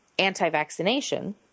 anti-vaccination